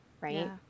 right